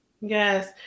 Yes